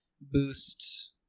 boost